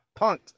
punked